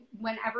whenever